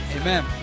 Amen